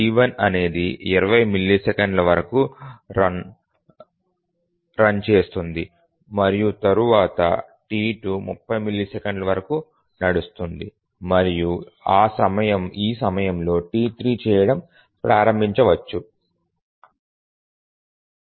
T1 అనేది 20 మిల్లీసెకన్ల వరకు రన్ చేస్తుంది మరియు తరువాత T2 30 మిల్లీసెకన్ల వరకు నడుస్తుంది మరియు ఈ సమయంలో T3 రన్ చేయడం ప్రారంభించవచ్చు